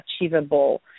achievable